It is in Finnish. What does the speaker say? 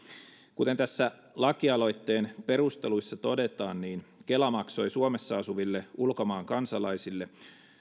kuten lakialoitteen perusteluissa todetaan kela maksoi suomessa asuville ulkomaan kansalaisille